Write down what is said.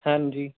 ਹਾਂਜੀ